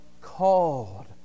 called